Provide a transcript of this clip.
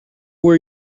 where